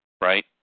right